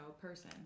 person